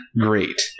great